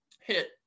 hit